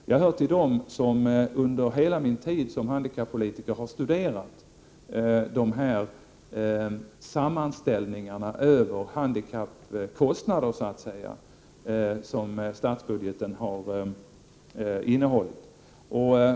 Jag har under hela min tid som handikappolitiker studerat sammanställningarna över de handikappkostnader som statsbudgeten har innehållit.